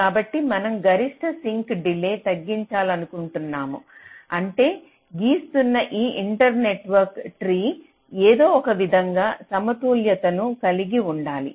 కాబట్టి మనం గరిష్ట సింక్ డిలేన్ని తగ్గించాలనుకుంటున్నాము అంటే గీస్తున్న ఈ ఇంటర్నెట్వర్క్ ట్రీ ఏదో ఒక విధంగా సమతుల్యతను కలిగి ఉండాలి